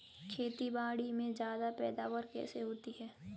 खेतीबाड़ी में ज्यादा पैदावार कैसे होती है?